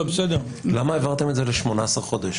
למה העברתם את זה ל-18 חודשים?